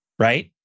right